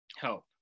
help